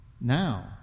now